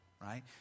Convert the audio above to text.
right